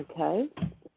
Okay